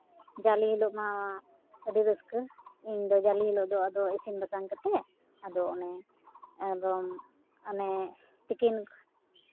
ᱡᱟᱞᱮ ᱦᱤᱞᱳᱜ ᱢᱟ ᱟᱹᱰᱤ ᱨᱟᱹᱥᱠᱟᱹ ᱤᱧ ᱫᱚ ᱡᱟᱞᱮ ᱦᱤᱞᱳᱜ ᱫᱚ ᱟᱫᱚ ᱤᱥᱤᱱ ᱵᱟᱥᱟᱝ ᱠᱟᱛᱮᱫ ᱟᱫᱚ ᱚᱱᱮ ᱟᱫᱚ ᱚᱱᱮ ᱛᱤᱠᱤᱱ